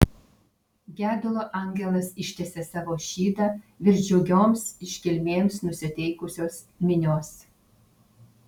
gedulo angelas ištiesė savo šydą virš džiugioms iškilmėms nusiteikusios minios